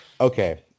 okay